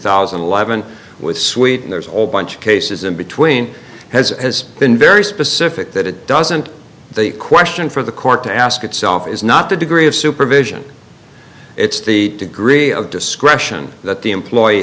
thousand and eleven with sweden there's all bunch of cases in between has has been very specific that it doesn't the question for the court to ask itself is not the degree of supervision it's the degree of discretion that the employe